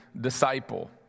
disciple